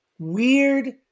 weird